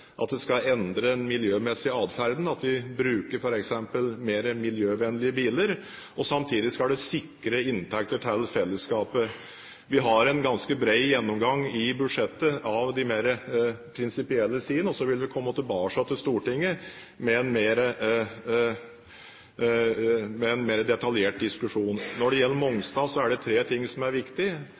at det skal endre den miljømessige atferden, at vi f.eks. bruker mer miljøvennligvennlige biler, og samtidig skal det sikre inntekter til fellesskapet. Vi har i budsjettet en ganske bred gjennomgang av de mer prinsipielle sidene, og så vil vi komme tilbake til Stortinget med en mer detaljert diskusjon. Når det gjelder Mongstad, er det tre ting som er viktig.